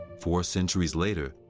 four centuries later,